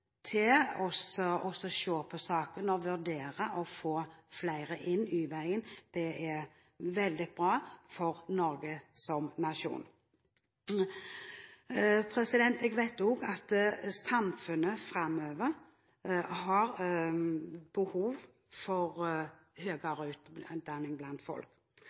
på saken og vurdere å få flere inn Y-veien, er veldig bra for Norge som nasjon. Jeg vet også at samfunnet framover har behov for høyere utdanningsnivå blant folk.